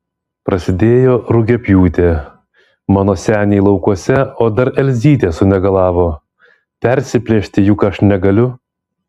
prasidėjo rugiapjūtė mano seniai laukuose o dar elzytė sunegalavo persiplėšti juk aš negaliu